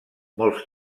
molts